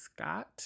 Scott